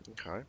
Okay